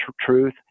truth